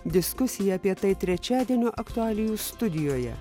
diskusija apie tai trečiadienio aktualijų studijoje